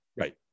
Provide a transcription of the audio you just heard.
Right